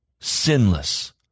sinless